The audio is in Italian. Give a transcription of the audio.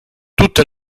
tutte